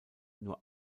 nur